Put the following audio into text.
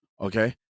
Okay